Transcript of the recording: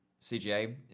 CGA